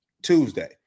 Tuesday